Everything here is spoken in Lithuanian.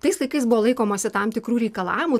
tais laikais buvo laikomasi tam tikrų reikalavimų